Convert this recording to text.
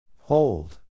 Hold